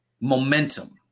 momentum